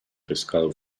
pescado